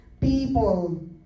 people